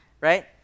right